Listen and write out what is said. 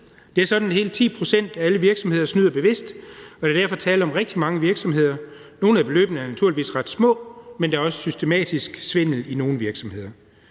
Det er sådan, at hele 10 pct. af alle virksomheder snyder bevidst, og der er derfor tale om rigtig mange virksomheder. Nogle af beløbene er naturligvis ret små, men der er også systematisk svindel i nogle virksomheder.